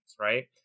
right